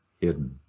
hidden